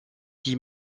qui